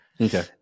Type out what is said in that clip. Okay